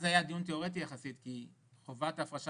אז היה דיון תיאורטי יחסית כי חובת ההפרשה